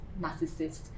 narcissist